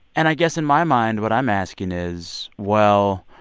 and i guess in my mind, what i'm asking is, well,